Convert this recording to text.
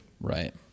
Right